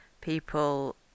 people